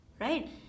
right